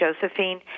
Josephine